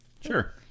Sure